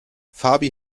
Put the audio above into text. fabi